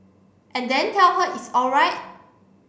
and then tell her it's alright